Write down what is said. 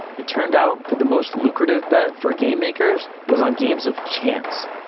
it turned out that the most lucrative bet for game makers was on games of chance,